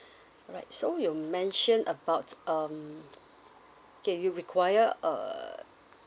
alright so you mentioned about um okay you require a